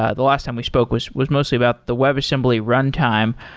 ah the last time we spoke was was mostly about the webassembly runtime.